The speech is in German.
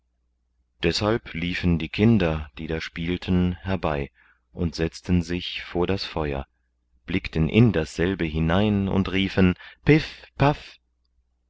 halb liefen die kinder die da spielten herbei und setzten sich vor das feuer blickten in dasselbe hinein und riefen piff paff